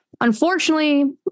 unfortunately